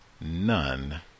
none